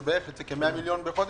זה יוצא בערך 100 מיליון שקל בחודש,